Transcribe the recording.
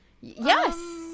Yes